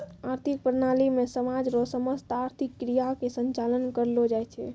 आर्थिक प्रणाली मे समाज रो समस्त आर्थिक क्रिया के संचालन करलो जाय छै